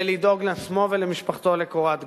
ולדאוג לעצמו ולמשפחתו לקורת גג.